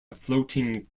floating